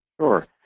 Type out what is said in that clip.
Sure